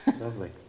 lovely